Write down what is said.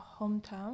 hometown